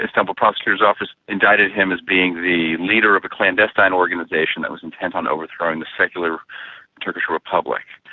istanbul prosecutor's office indicted him as being the leader of a clandestine and organisation that was intent on overthrowing the secular turkish republic.